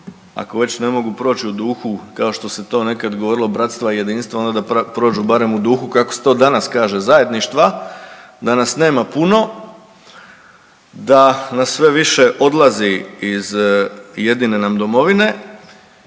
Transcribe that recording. ako već ne mogu proći u duhu kao što se to nekad govorilo bratstva i jedinstva onda da prođu barem u duhu kako se to danas kaže zajedništva, da nas nema puno, da nas sve više odlazi iz jedine nam domovine,